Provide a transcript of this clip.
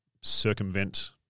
circumvent